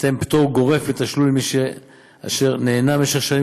ליתן פטור גורף מתשלום למי שנהנה במשך שנים